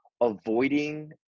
avoiding